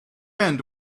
end